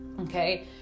Okay